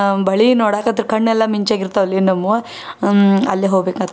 ಬಳೆ ನೋಡೋಕ್ ಆದರೂ ಕಣ್ಣೆಲ್ಲ ಮಿಂಚಾಗಿರ್ತಾವ ಲೇ ನಮ್ಮವು ಅಲ್ಲೇ ಹೋಗ್ಬೇಕಂತ